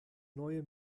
neue